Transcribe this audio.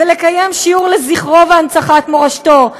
ולקיים שיעור לזכרו ולהנצחת מורשתו,